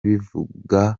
bivugwa